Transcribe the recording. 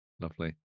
Lovely